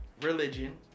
religion